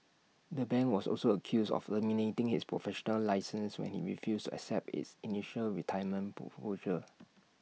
the bank was also accused of terminating his professional licenses when he refused accept its initial retirement proposal